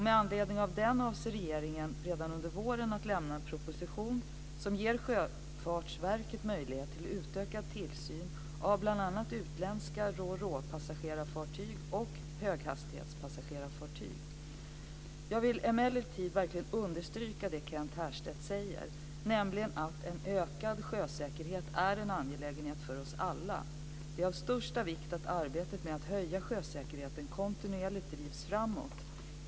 Med anledning av den avser regeringen att redan under våren lämna en proposition som ger Sjöfartsverket möjlighet till utökad tillsyn av bl.a. utländska roropassagerarfartyg och höghastighetspassagerarfartyg. Jag vill verkligen understryka det Kent Härstedt säger, nämligen att en ökad sjösäkerhet är en angelägenhet för oss alla. Det är av största vikt att arbetet med att öka sjösäkerheten kontinuerligt drivs framåt.